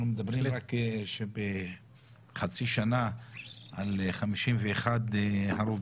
אנחנו מדברים שרק בחצי שנה נספו 51 אנשים,